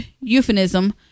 euphemism